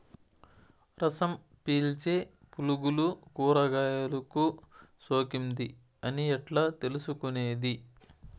రసం పీల్చే పులుగులు కూరగాయలు కు సోకింది అని ఎట్లా తెలుసుకునేది?